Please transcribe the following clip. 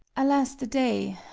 alas the day,